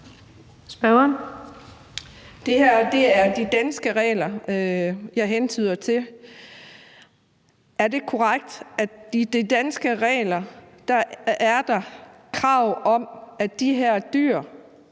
Det er de danske regler, jeg hentyder til. Er det ikke korrekt, at i de danske regler er der krav om, at de her dyr